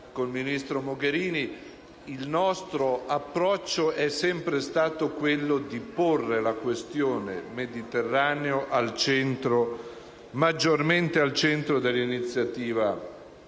il nostro approccio è sempre stato quello di porre il Mediterraneo maggiormente al centro dell'iniziativa dell'Unione